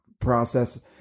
process